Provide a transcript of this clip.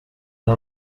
حال